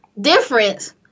difference